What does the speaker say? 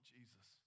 Jesus